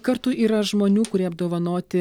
kartu yra žmonių kurie apdovanoti